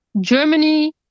Germany